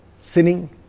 sinning